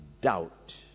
doubt